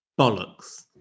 Bollocks